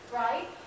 right